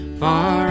far